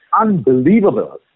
unbelievable